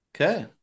okay